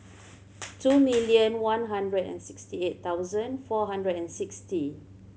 two million one hundred and sixty eight thousand four hundred and sixty